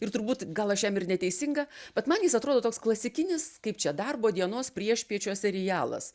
ir turbūt gal aš jam ir neteisinga bet man jis atrodo toks klasikinis kaip čia darbo dienos priešpiečio serialas